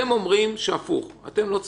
כמו שהיושב-ראש ציין אתמול וגם היום, צריך